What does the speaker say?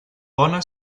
bona